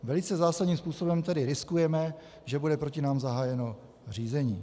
Velice zásadním způsobem tedy riskujeme, že bude proti nám zahájeno řízení.